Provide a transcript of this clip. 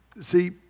see